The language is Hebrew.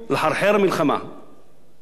תפסיקו,